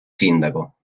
sindaco